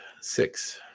six